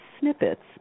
snippets